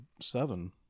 seven